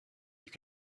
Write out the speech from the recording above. you